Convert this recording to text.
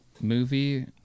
movie